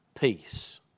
peace